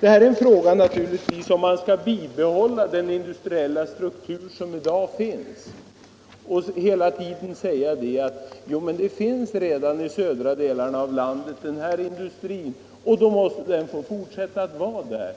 Frågan är naturligtvis om man bör bibehålla den industriella struktur som i dag finns och hela tiden hänvisa till att det redan förekommer sådan industri i de södra delarna av landet, varför den bör få fortsätta där,